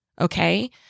Okay